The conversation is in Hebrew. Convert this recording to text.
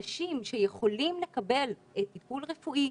אנשים שיכולים לקבל טיפול רפואי,